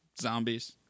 zombies